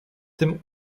tym